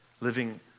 Living